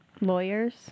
Lawyers